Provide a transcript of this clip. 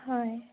হয়